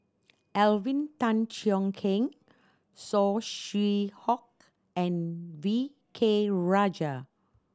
Alvin Tan Cheong Kheng Saw Swee Hock and V K Rajah